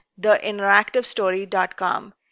theinteractivestory.com